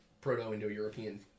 Proto-Indo-European